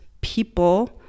people